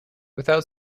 without